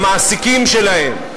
למעסיקים שלהם,